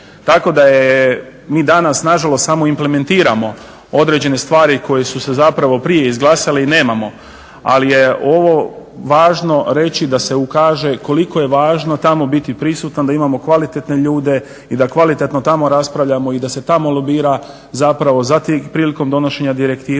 Tako da mi danas nažalost samo implementiramo određene stvari koje su se zapravo prije izglasale i nemamo, ali je ovo važno reći da se ukaže koliko je važno tamo biti prisutan, da imamo kvalitetne ljude i da kvalitetno tamo raspravljamo i da se tamo lobira zapravo za tih prilikom donošenja direktiva